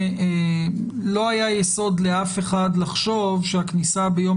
לא היה יסוד לאף אחד לחשוב שהכניסה ביום